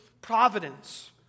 providence